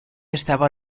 estaba